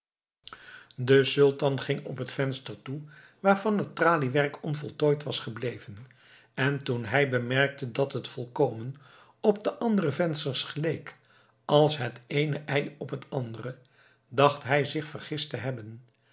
de sultan ging op het venster toe waarvan het traliewerk onvoltooid was gebleven en toen hij bemerkte dat het volkomen op de andere vensters geleek als het eene ei op het andere dacht hij zich vergist te hebben